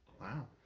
wow